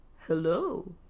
Hello